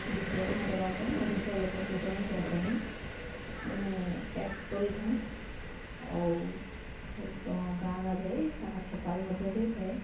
ବିଜ୍ଞାପନ ଦେବା ପାଇଁ ଅଧିକ ଲୋକଙ୍କୁ ଜଣେଇବା ପାଇଁ ଆମେ ଆକ୍ଟ କରିଥାଉଁ ଆଉ ଗାଁ ଗାଁ ଯାଇ ତାହା ଛପା ବି ମଧ୍ୟ ଯାଇଥାଏ